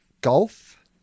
Golf